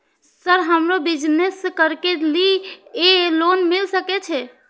Sir हमरो business करके ली ये लोन मिल सके छे?